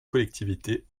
collectivité